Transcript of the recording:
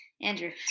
Andrew